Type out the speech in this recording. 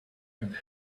and